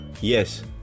Yes